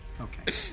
okay